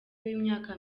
w’imyaka